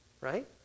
right